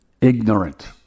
ignorant